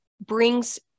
brings